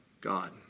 God